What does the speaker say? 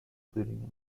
including